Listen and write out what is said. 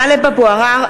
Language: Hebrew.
(קוראת בשמות חברי הכנסת) טלב אבו עראר,